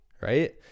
right